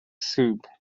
soup